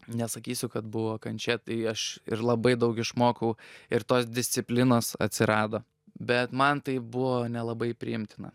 nesakysiu kad buvo kančia tai aš ir labai daug išmokau ir tos disciplinos atsirado bet man tai buvo nelabai priimtina